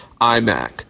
iMac